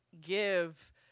give